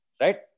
Right